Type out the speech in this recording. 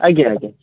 ଆଜ୍ଞା ଆଜ୍ଞା